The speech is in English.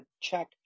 check